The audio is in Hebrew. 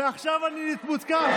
ועכשיו אני מותקף.